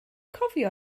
cofio